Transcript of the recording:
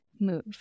move